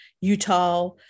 Utah